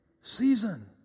season